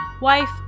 wife